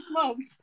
smokes